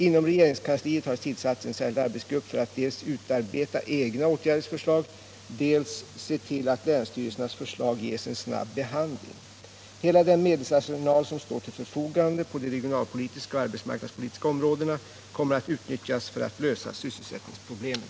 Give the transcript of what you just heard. Inom regeringskansliet har tillsatts en särskild arbetsgrupp för att dels utarbeta egna åtgärdsförslag, dels se till att länsstyrelsernas förslag ges en snabb behandling. Hela den medelsarsenal som står till förfogande på de regionalpolitiska och arbetsmarknadspolitiska områdena kommer att utnyttjas för att lösa sysselsättningsproblemen.